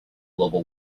global